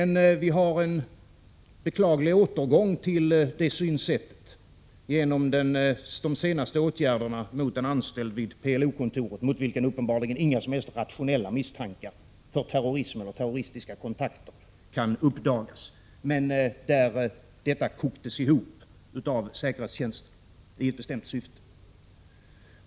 Nu ser vi en beklaglig återgång till detta synsätt genom de senaste åtgärderna mot en anställd vid PLO-kontoret, mot vilken uppenbarligen inga som helst rationella misstankar för terrorism eller terroristkontakter kan uppdagas men där detta kokades ihop av säkerhetstjänsten i ett bestämt syfte.